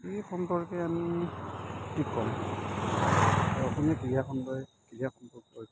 ক্ৰীড়া সম্পৰ্কে আমি কি ক'ম অসমীয়া ক্ৰীড়া খণ্ডই ক্ৰীড়া সম্পৰ্কত